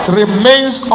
remains